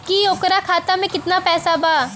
की ओकरा खाता मे कितना पैसा बा?